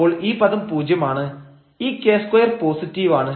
അപ്പോൾ ഈ പദം പൂജ്യമാണ് ഈ k2 പോസിറ്റീവാണ്